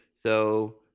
so.